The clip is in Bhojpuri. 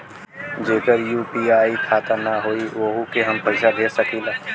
जेकर यू.पी.आई खाता ना होई वोहू के हम पैसा भेज सकीला?